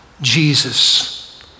Jesus